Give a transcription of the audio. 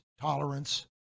tolerance